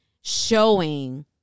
showing